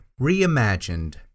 Reimagined